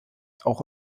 auch